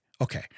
okay